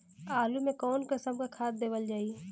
आलू मे कऊन कसमक खाद देवल जाई?